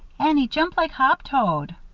annie jump like hop-toad.